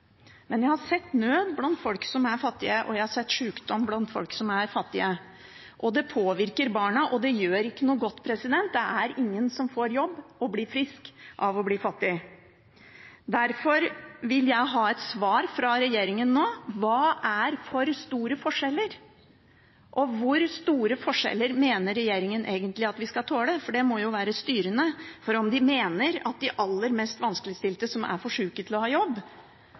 men jeg har sett nød blant folk som er fattige, og jeg har sett sykdom blant folk som er fattige. Det påvirker barna, og det gjør ikke noe godt. Det er ingen som får jobb og blir frisk av å bli fattig. Derfor vil jeg ha et svar fra regjeringen nå: Hva er for store forskjeller, og hvor store forskjeller mener regjeringen egentlig at vi skal tåle, for det må jo være styrende for om de mener at de aller mest vanskeligstilte, som er for syke til å ha jobb,